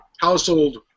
household